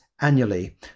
annually